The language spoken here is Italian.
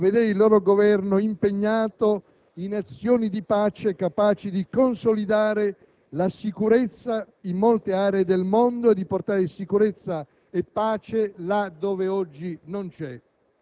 Nel merito, condivido pienamente le dichiarazioni del Ministro degli affari esteri. Penso che il Governo italiano stia sviluppando con saggezza una politica estera autorevole e credibile;